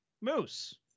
moose